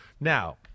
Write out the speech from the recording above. Now